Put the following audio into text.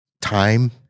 time